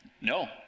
No